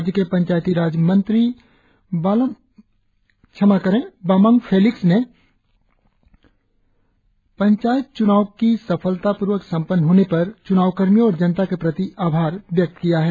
राज्य के पंचायती राज मंत्री बामांग फेलिक्स ने पंचायत चुनाव के सफलता प्र्वक सम्पन्न होने पर च्नाव कर्मीयों और जनता के प्रति आभार व्यक्त किया है